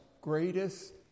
greatest